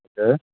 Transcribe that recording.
okay